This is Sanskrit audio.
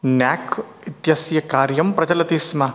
न्याक् इत्यस्य कार्यं प्रचलति स्म